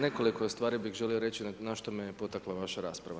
Nekoliko stvari bih želio reći na što me je potaka vaša rasprava.